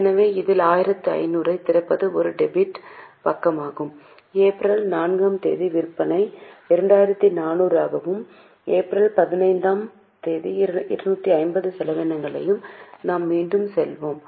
எனவே இதில் 1500 ஐத் திறப்பது ஒரு டெபிட் பக்கமாகும் ஏப்ரல் 4 ஆம் தேதி விற்பனை 2400 ஆகவும் ஏப்ரல் 15 ஆம் தேதி 250 செலவினங்களாலும் நாம் மீண்டும் செல்வோம்